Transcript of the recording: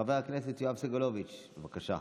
חבר הכנסת יואב סגלוביץ', בבקשה.